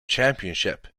championship